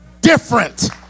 different